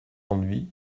ennui